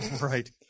Right